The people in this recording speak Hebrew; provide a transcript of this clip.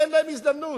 תן להם הזדמנות.